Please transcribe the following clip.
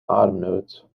ademnood